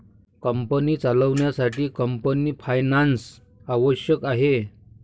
company चालवण्यासाठी company finance आवश्यक आहे